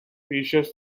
precious